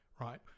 right